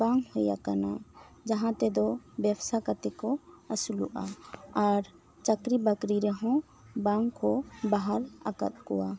ᱵᱟᱝ ᱦᱩᱭ ᱟᱠᱟᱱᱟ ᱡᱟᱦᱟᱸ ᱛᱮᱫᱚ ᱵᱮᱵᱚᱥᱟ ᱠᱟᱛᱮ ᱠᱚ ᱟᱹᱥᱩᱞᱚᱜᱼᱟ ᱟᱨ ᱪᱟᱹᱠᱨᱤ ᱵᱟᱹᱠᱨᱤ ᱨᱮᱦᱚᱸ ᱵᱟᱝ ᱠᱚ ᱵᱟᱦᱟᱞ ᱟᱠᱟᱫ ᱠᱚᱣᱟ